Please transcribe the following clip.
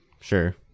Sure